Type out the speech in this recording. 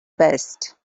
best